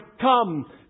come